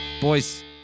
Boys